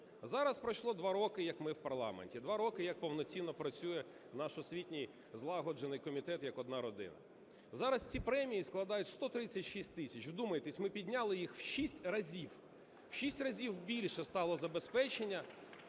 Зараз пройшло два роки, як ми в парламенті, два роки, як повноцінно працює наш освітній злагоджений комітет, як одна родина. Зараз ці премії складають 136 тисяч, вдумайтесь, ми підняли їх в шість разів, в шість разів більше стало забезпечення